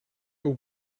ook